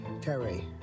Terry